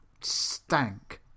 stank